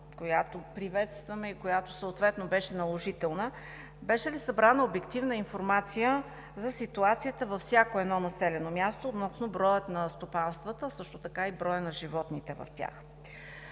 която приветстваме и която беше наложителна, беше ли събрана обективна информация за ситуацията във всяко едно населено място относно броя на стопанствата, също така и броя на животните в тях?